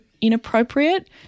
inappropriate